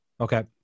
okay